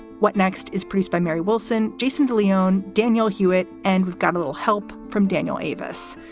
what next is produced by mary wilson, jason de leon, danielle hewett. and we've got a little help from daniel avis.